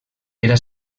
era